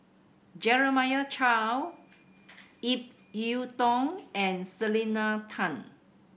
Jeremiah Choy Ip Yiu Tung and Selena Tan